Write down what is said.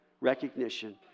recognition